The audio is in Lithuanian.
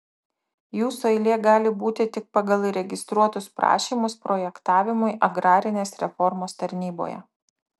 jūsų eilė gali būti tik pagal įregistruotus prašymus projektavimui agrarinės reformos tarnyboje